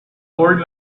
old